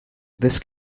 this